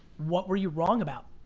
what were you wrong about?